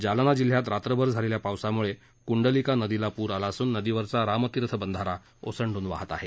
जालना जिल्ह्यात रात्रभर झालेल्या पावसामुळे कुंडलिका नदीला पूर आला असून नदीवरचा रामतीर्थ बंधारा ओसंडून वाहत आहे